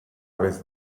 aves